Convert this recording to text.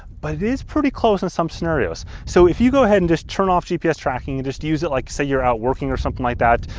but it is pretty close in some scenarios. so if you go ahead and just turn off gps tracking, and just use it like say you're out working or something like that.